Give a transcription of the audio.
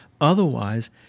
Otherwise